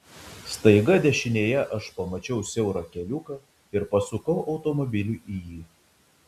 staiga dešinėje aš pamačiau siaurą keliuką ir pasukau automobilį į jį